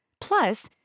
Plus